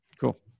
Cool